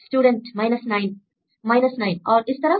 student 9 9 और इस तरफ